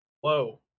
Whoa